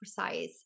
precise